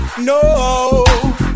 no